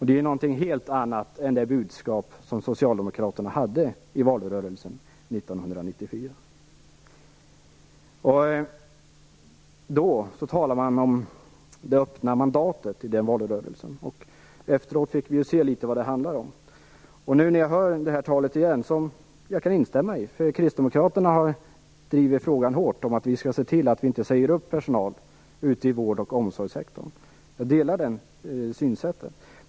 De visar något helt annat än det budskap som socialdemokraterna hade i valrörelsen 1994. Då talade man om det öppna mandatet. Efteråt har vi ju fått se litet av vad det handlar om. När jag nu hör detta igen kan jag instämma, för kristdemokraterna har hårt drivit frågan om att vi skall se till att inte säga upp personal i vård och omsorgssektorn. Jag delar detta synsätt.